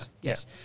Yes